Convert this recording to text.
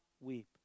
weep